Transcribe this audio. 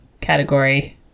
category